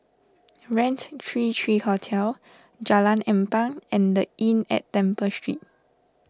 Raintr three three Hotel Jalan Ampang and the Inn at Temple Street